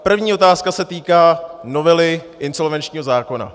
První otázka se týká novely insolvenčního zákona.